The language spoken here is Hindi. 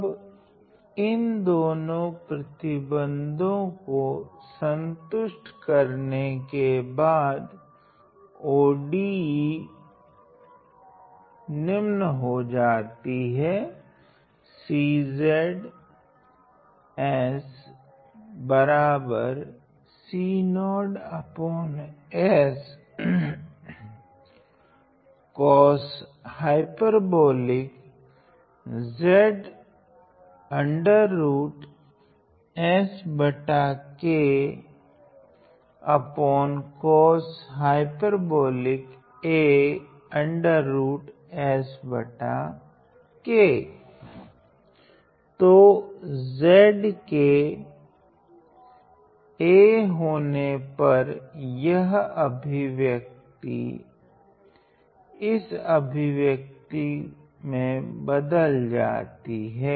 अब इन दो प्रतिबंधों को संतुष्ट करने के बाद ODE हो जाती हैं तो z के a होने पर यह अभिव्यक्ति इस अभिव्यक्ति में बदल जाती है